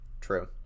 True